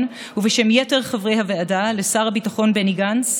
ובשם יתר חברי הוועדה לשר הביטחון בני גנץ,